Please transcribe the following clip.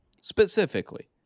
specifically